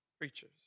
preachers